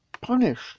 punished